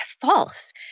false